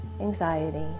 anxiety